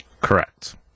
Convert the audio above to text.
Correct